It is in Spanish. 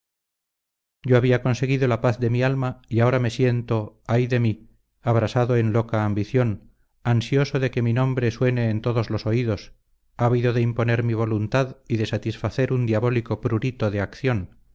yo había conseguido la paz de mi alma y ahora me siento ay de mí abrasado en loca ambición ansioso de que mi nombre suene en todos los oídos ávido de imponer mi voluntad y de satisfacer un diabólico prurito de acción